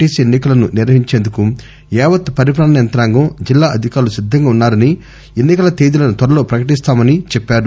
TC ఎన్ని కలను నిర్వహించేందుకు యావత్ పరిపాలనా యంత్రాంగం జిల్లా అధికారులు సిద్దంగా వున్పారని ఎన్ని కల తేదీలను త్వరలో ప్రకటిస్తామని చెప్పారు